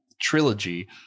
trilogy